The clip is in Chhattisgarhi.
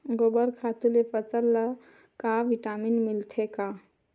गोबर खातु ले फसल ल का विटामिन मिलथे का?